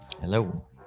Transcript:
Hello